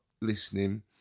listening